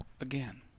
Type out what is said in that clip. again